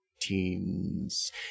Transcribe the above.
teens